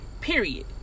period